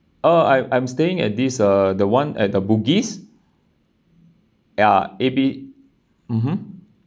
oh I'm I'm staying at this uh the one at the bugis ya A_B mmhmm